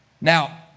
Now